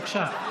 בבקשה.